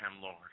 Lord